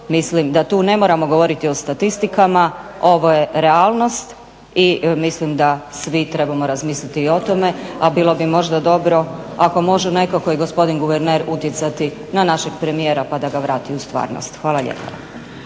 Mislim da tu ne moramo govoriti o statistikama. Ovo je realnost i mislim da svi trebamo razmisliti i o tome, a bilo bi možda dobro ako može nekako i gospodin guverner na našeg premijera pa da ga vrati u stvarnost. Hvala lijepa.